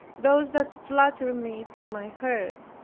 those that flattered me to my hurt.